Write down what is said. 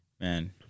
Man